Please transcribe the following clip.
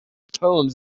poems